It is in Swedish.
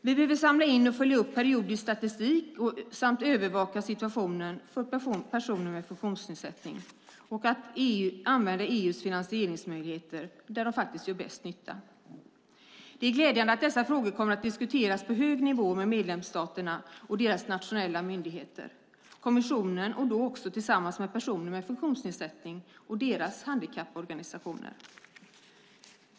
Vi behöver samla in och följa upp periodisk statistik samt övervaka situationen för personer med funktionsnedsättning och använda EU:s finansieringsmöjligheter där de faktiskt gör bäst nytta. Det är glädjande att dessa frågor kommer att diskuteras på hög nivå med medlemsstaterna och deras nationella myndigheter, kommissionen och med personer med funktionsnedsättning och deras handikapporganisationer.